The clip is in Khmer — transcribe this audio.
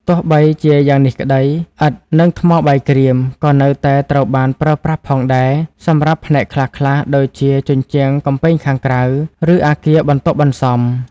ទោះបីជាយ៉ាងនេះក្តី ឥដ្ឋ និងថ្មបាយក្រៀម ក៏នៅតែត្រូវបានប្រើប្រាស់ផងដែរសម្រាប់ផ្នែកខ្លះៗដូចជាជញ្ជាំងកំពែងខាងក្រៅ ឬអគារបន្ទាប់បន្សំ។